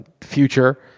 future